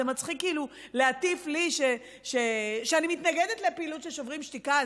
זה מצחיק כאילו להטיף לי שאני מתנגדת לפעילות של שוברים שתיקה.